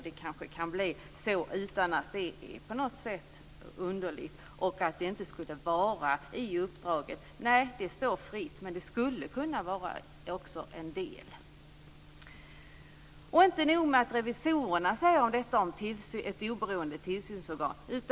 Det kan kanske bli så utan att det på något sätt är underligt. Det har sagts att det inte skulle ingå i uppdraget. Nej, det står fritt, men det skulle kunna ingå som en del. Inte nog med att revisorerna säger detta om ett oberoende tillsynsorgan.